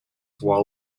while